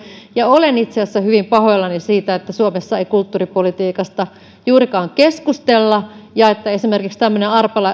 ja olen itse asiassa hyvin pahoillani siitä että suomessa ei kulttuuripolitiikasta juurikaan keskustella eikä siitä että esimerkiksi tämmöinen